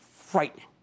frightening